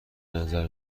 نظر